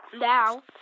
Now